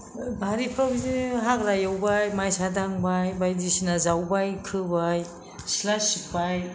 बारिफ्राव बिदिनो हाग्रा एवबाय माइसा दांबाय बायदिसिना जावबाय खोबाय सिथ्ला सिब्बाय